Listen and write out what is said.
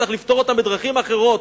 צריך לפתור אותן בדרכים אחרות.